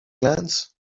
glance